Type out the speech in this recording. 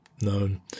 known